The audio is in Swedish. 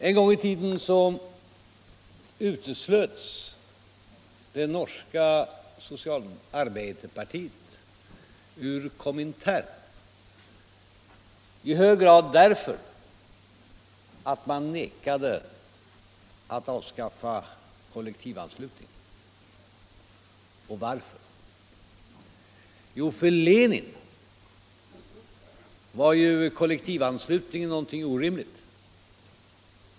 En gång i tiden uteslöts det norska arbeiderpartiet ur Komintern, i hög grad därför att man vägrade att avskaffa kollektivanslutningen. Och varför? Jo, för Lenin var ju kollektivanslutningen någonting orimligt.